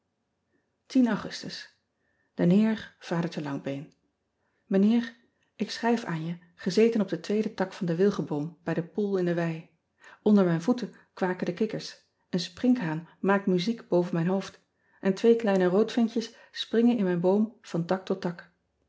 ugustus en eer adertje angbeen ijnheer k schrijf aan je gezeten op den tweeden tak van den wilgenboom bij de poel in de wei nder mijn voeten kwaken de kikkers een sprinkhaan maakt muziek boven mijn hoofd en twee kleine roodvinkjes springen in mijn boom van tak tot tak